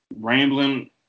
rambling